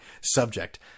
Subject